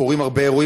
קורים הרבה אירועים.